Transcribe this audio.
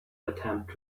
attempt